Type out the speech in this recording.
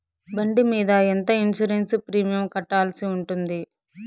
బండి మీద ఎంత ఇన్సూరెన్సు ప్రీమియం కట్టాల్సి ఉంటుంది?